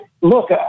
look